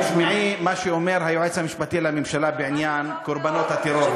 תשמעי מה שאומר היועץ המשפטי לממשלה בעניין קורבנות הטרור,